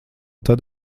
tad